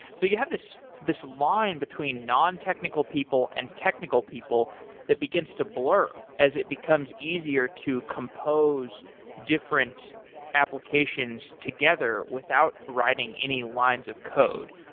so you have this this line between non-technical people and technical people people that begins to blur as it becomes easier to compose different applications together without writing any lines of code.